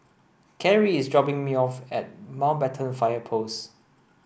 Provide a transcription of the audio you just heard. Karri is dropping me off at Mountbatten Fire Post